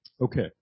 Okay